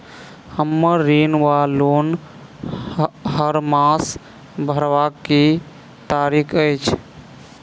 हम्मर ऋण वा लोन हरमास भरवाक की तारीख अछि?